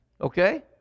Okay